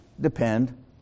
depend